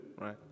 right